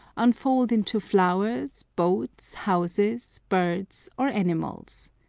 unfold into flowers, boats, houses, birds, or animals.